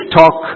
talk